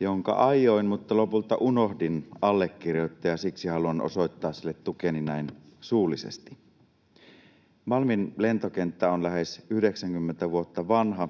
jonka aioin mutta lopulta unohdin allekirjoittaa, ja siksi haluan osoittaa sille tukeni näin suullisesti. Malmin lentokenttä on lähes 90 vuotta vanha.